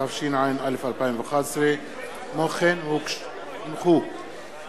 התשע"א 2011. לקריאה ראשונה,